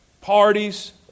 parties